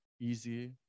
easy